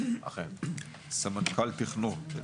סמנכ"ל תכנון.